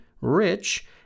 rich